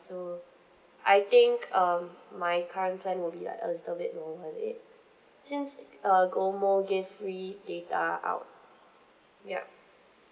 so I think um my current plan will be like a little bit more worth it since uh GOMO give free data out yup